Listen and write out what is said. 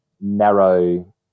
narrow